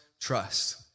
trust